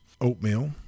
oatmeal